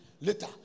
Later